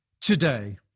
today